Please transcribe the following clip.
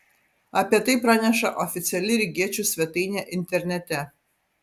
apie tai praneša oficiali rygiečių svetainė internete